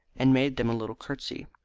and made them a little curtsey.